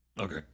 Okay